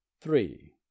three